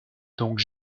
donc